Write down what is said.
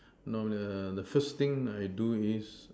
no the the first thing I do is